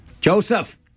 Joseph